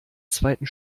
zweiten